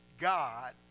God